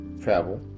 travel